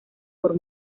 por